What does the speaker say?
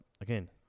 again